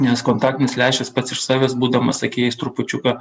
nes kontaktinis lęšis pats iš savęs būdamas akyje jis trupučiuką